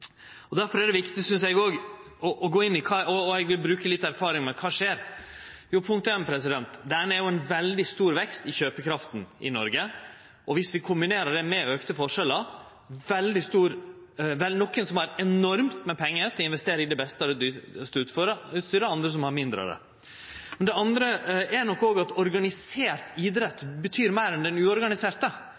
er det viktig, synest eg, å gå inn i – og eg vil bruke litt av erfaringa mi – kva som skjer. Det første er at det er ein veldig stor vekst i kjøpekrafta i Noreg, og det kan vi kombinere med auka forskjellar. Det er nokon som har enormt med pengar til å investere i det beste og det dyraste utstyret, mens andre har mindre. Det andre er at organisert idrett betyr meir enn den uorganiserte,